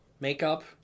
Makeup